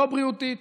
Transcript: לא בריאותית